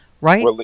right